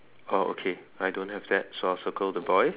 oh okay I don't have that so I will circle the boy